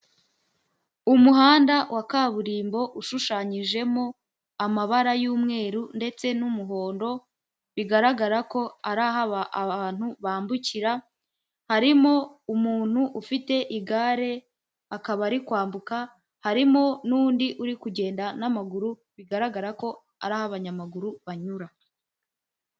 Umuhanda wa kaburimbo ushushanyijemo amabara y'umweru ndetse n'umuhondo bigaragara ko ari aho abantu bambukira, harimo umuntu ufite igare akaba ari kwambuka, harimo n'undi uri kugenda n'amaguru bigaragara ko ari aho abanyamaguru banyura.